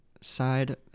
side